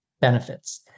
benefits